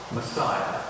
Messiah